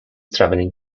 traveling